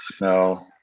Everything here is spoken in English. No